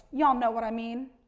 you all know what i mean.